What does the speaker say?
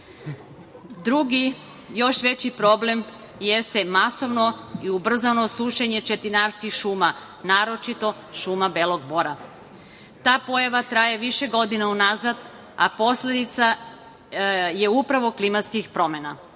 Tito“.Drugi još veći problem jeste masovno ubrzano sušenje četinarskih šuma, naročito šuma belog bora. Ta pojava traje više godina unazad, a posledica je upravo klimatskih promena.